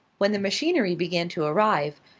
when the machinery began to arrive,